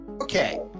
okay